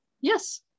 Yes